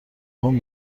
خوام